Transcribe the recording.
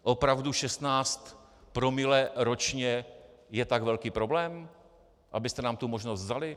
Opravdu 16 promile ročně je tak velký problém, abyste nám tu možnost vzali?